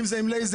אם זה עם לייזר,